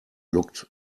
looked